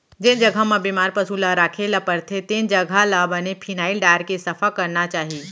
जेन जघा म बेमार पसु ल राखे ल परथे तेन जघा ल बने फिनाइल डारके सफा करना चाही